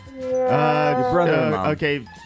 okay